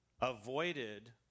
avoided